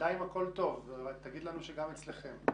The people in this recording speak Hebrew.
בינתיים הכול טוב, תגיד לנו שגם אצלכם.